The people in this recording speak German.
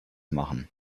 machen